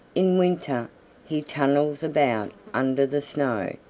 in winter he tunnels about under the snow.